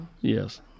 Yes